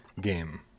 game